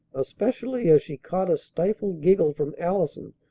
especially as she caught a stifled giggle from allison,